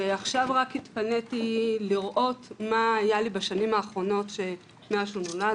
ועכשיו רק התפניתי לראות מה היה לי בשנים האחרונות מאז שהוא נולד,